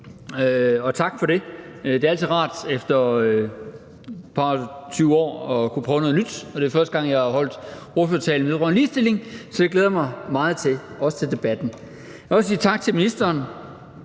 og tak for det. Det er altid rart efter et par og tyve år at kunne prøve noget nyt, og det er første gang, jeg har holdt ordførertalen vedrørende ligestilling. Så det glæder jeg mig meget til og også til debatten. Jeg vil også sige tak til ministeren.